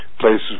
places